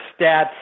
stats